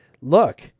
look